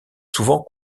souvent